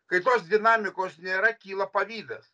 kai tos dinamikos nėra kyla pavydas